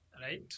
right